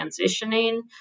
transitioning